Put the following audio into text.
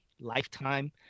lifetime